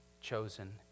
chosen